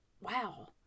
wow